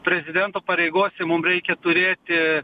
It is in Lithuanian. prezidento pareigose mum reikia turėti